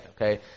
okay